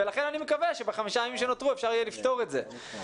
ולכן אני מקווה שבחמישה ימים שנותרו אפשר יהיה לפתור את זה.